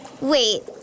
Wait